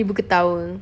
ibu ketawa